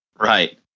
Right